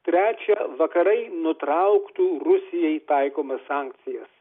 trečia vakarai nutrauktų rusijai taikomas sankcijas